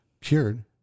cured